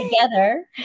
together